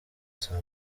saa